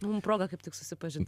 mums proga kaip tik susipažint